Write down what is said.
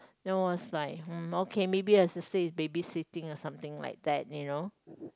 then I was like hmm okay maybe the sister is babysitting or something like that you know